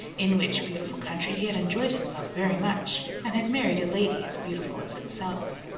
in which beautiful country he had enjoyed himself very much, and had married a lady as beautiful as itself!